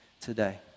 today